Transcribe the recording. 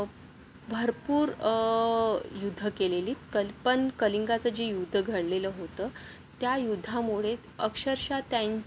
भरपूर युद्ध केलेली क पण कलिंगाचं जे युद्ध घडलेलं होतं त्या युद्धामुळे अक्षरश त्यां